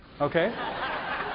Okay